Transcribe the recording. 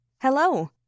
Hello